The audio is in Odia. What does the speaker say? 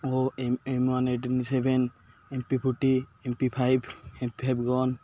O M one eighty seven M P forty M P five MP five gun